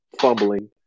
fumbling